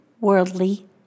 worldly